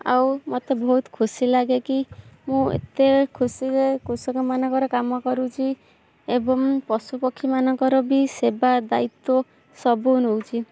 ଆଉ ମୋତେ ବହୁତ ଖୁସି ଲାଗେ କି ମୁଁ ଏତେ ଖୁସି ହୁଏ କୃଷକ ମାନଙ୍କର କାମ କରୁଛି ଏବଂ ପଶୁପକ୍ଷୀ ମାନଙ୍କର ବି ସେବା ଦାୟିତ୍ୱ ସବୁ ନେଉଛି